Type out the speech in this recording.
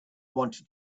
wanted